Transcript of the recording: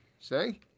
Say